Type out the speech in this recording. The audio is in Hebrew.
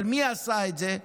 אבל מי עשה את זה?